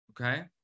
Okay